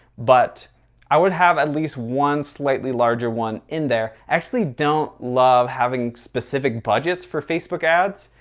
but i would have at least one slightly larger one in there actually don't love having specific budgets for facebook ads.